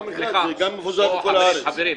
חברים.